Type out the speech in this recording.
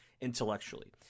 intellectually